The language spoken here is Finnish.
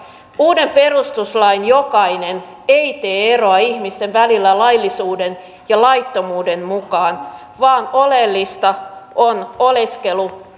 uuden perustuslain jokainen ei tee eroa ihmisten välillä laillisuuden ja laittomuuden mukaan vaan oleellista on oleskelu